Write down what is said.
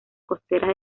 costeras